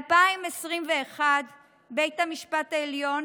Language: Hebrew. ב-2021 בית המשפט העליון